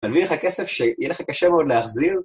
אני מביא לך כסף שיהיה לך קשה מאוד להחזיר.